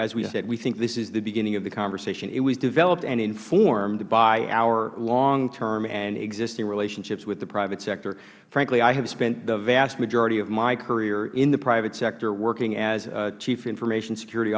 as we said we think this is the beginning of the conversation it was developed and informed by our long term and existing relationships with the private sector frankly i have spent the vast majority of my career in the private sector working as a chief information security